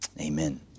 Amen